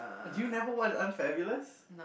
do you you never watch Unfabulous